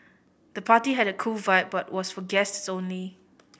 the party had a cool vibe but was for guests only